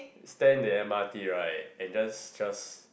stand in the M_R_T right and just just